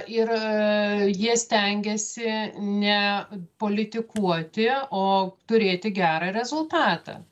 ir jie stengiasi ne politikuoti o turėti gerą rezultatą